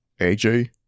AJ